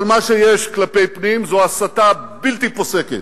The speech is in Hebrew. אבל מה שיש כלפי פנים זה הסתה בלתי פוסקת,